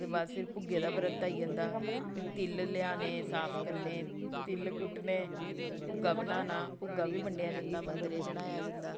ओह्दे बाद फिर भुग्गे दा व्रत आई जंदा तिल लेआने साफ करने तिल कुट्टने भुग्गा बनाना भुग्गा बी बंडेआ जंदा मंदरे चढ़ाया जंदा